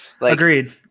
Agreed